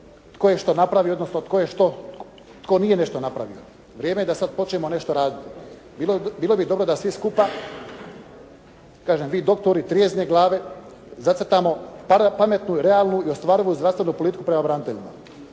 tko je što napravio, odnosno tko je što, tko nije nešto napravio. Vrijeme je da sada počnemo nešto raditi. Bilo bi dobro da svi skupa, kažem vi doktori trijezne glave, zacrtamo, pametnu, realnu i ostvarivu politiku prema braniteljima.